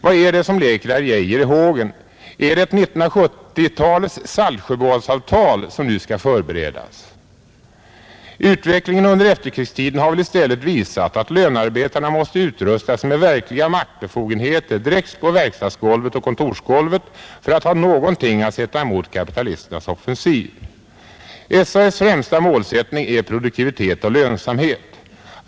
Vad är det som leker herr Geijer i hågen? Är det ett 1970-talets saltsjöbadsavtal som nu skall förberedas? Utvecklingen under efterkrigstiden har väl i stället visat att lönarbetarna måste utrusta sig med verkliga maktbefogenheter direkt på verkstadsgolvet och kontorsgolvet för att ha någonting att sätta emot kapitalisternas offensiv. SAF s främsta målsättningar är produktivitet och lönsamhet.